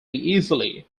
easily